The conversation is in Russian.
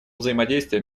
взаимодействия